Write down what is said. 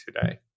today